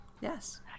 Yes